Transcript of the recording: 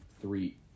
three